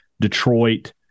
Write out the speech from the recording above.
Detroit